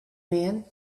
man